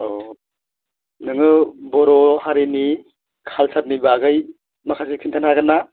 अह नोङो बर' हारिनि काल्सारनि बागै माखासे खिन्थानो हागोन्ना